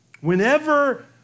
whenever